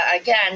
again